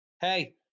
Hey